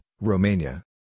Romania